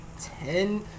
ten